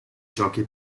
giochi